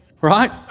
Right